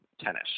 tennis